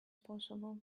possible